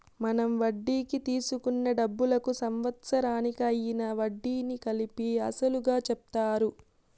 మనం వడ్డీకి తీసుకున్న డబ్బులకు సంవత్సరానికి అయ్యిన వడ్డీని కలిపి అసలుగా చెప్తారు